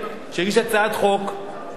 שהגיש הצעת חוק הגונה,